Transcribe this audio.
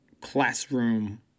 classroom